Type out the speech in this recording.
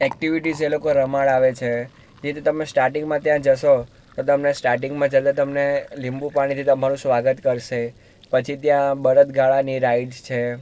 activities એ લોકો રમાડાવે છે એ રીતે તમે સ્ટાર્ટિંગમાં ત્યાં જશો તો સ્ટાર્ટિંગ છે તે તમને તમને લીંબુ પાણીથી તમારું સ્વાગત કરશે પછી ત્યાં બળદગાડાની રાઈડ છે